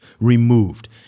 removed